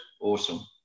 Awesome